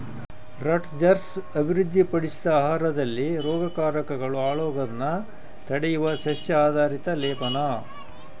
Rutgers ಅಭಿವೃದ್ಧಿಪಡಿಸಿದ ಆಹಾರದಲ್ಲಿ ರೋಗಕಾರಕಗಳು ಹಾಳಾಗೋದ್ನ ತಡೆಯುವ ಸಸ್ಯ ಆಧಾರಿತ ಲೇಪನ